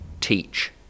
teach